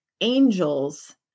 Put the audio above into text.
angels